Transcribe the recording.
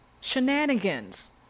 shenanigans